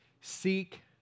seek